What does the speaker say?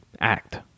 act